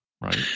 Right